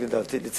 אבל להזכיר לכולם,